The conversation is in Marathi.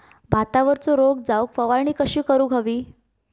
भातावरचो रोग जाऊक फवारणी कशी करूक हवी?